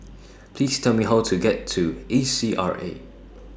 Please Tell Me How to get to A C R A